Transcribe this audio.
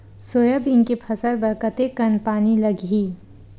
Soybean के फसल बर कतेक कन पानी लगही?